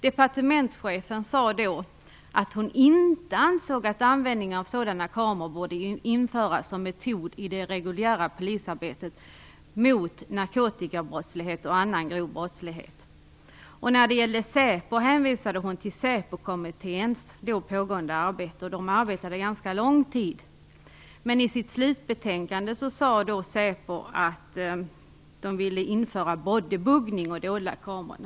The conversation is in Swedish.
Departementschefen sade då att hon inte ansåg att användning av sådana kameror borde införas som metod i det reguljära polisarbetet mot narkotikabrottslighet och annan grov brottslighet. När det gällde säpo hänvisade hon till Säpokommitténs då pågående arbete. Den arbetade under ganska lång tid. Men i sitt slutbetänkande sade säpo att man naturligtvis ville införa både buggning och dolda kameror.